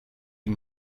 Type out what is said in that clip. and